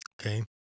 okay